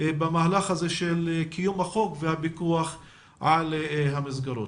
במהלך הזה של קיום החוק והפיקוח על המסגרות.